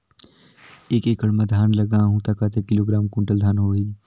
एक एकड़ मां धान लगाहु ता कतेक किलोग्राम कुंटल धान होही?